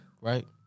right